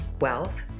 wealth